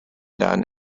down